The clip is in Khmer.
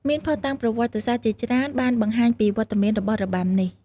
មានភស្តុតាងប្រវត្តិសាស្ត្រជាច្រើនបានបង្ហាញពីវត្តមានរបស់របាំនេះ។